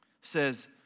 says